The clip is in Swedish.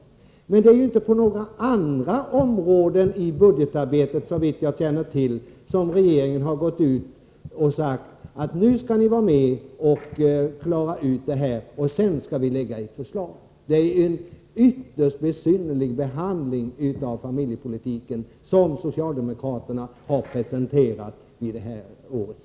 Såvitt jag känner till, har regeringen inte på några andra områden i budgetarbetet gått ut och sagt: Nu skall ni vara med och klara ut det här, och sedan skall vi lägga fram ett förslag. Det är en ytterst besynnerlig behandling av familjepolitiken som socialdemokraterna har presenterat vid årets riksdag.